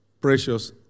precious